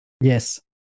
Yes